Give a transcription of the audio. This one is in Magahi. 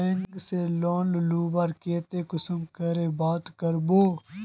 बैंक से लोन लुबार केते कुंसम करे बात करबो?